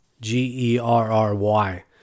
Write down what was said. G-E-R-R-Y